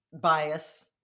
bias